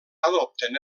adopten